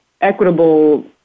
equitable